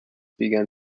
began